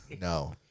No